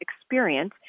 experience